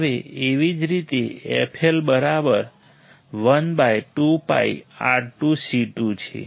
હવે એવી જ રીતે fL 12πR2C2 છે